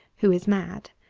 who is mad.